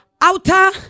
outer